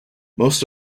most